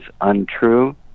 untrue